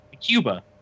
Cuba